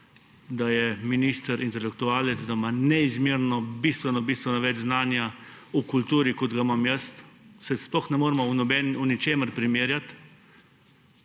da je minister intelektualec, da ima neizmerno, bistveno bistveno več znanja o kulturi, kot ga imam jaz, se sploh ne moremo v ničemer primerjati,